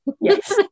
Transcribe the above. Yes